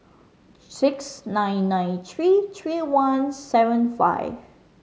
six nine nine three three one seven five